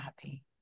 happy